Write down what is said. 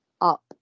up